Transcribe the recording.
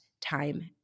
time